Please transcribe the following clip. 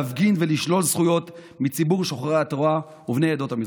להפגין ולשלול זכויות מציבור שוחרי התורה ובני עדות המזרח.